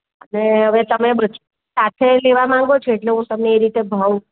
ને હવે તમે બ્રજ સાથે લેવા માંગો છો એટલે હું તમને એ રીતે ભાવ